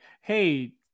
hey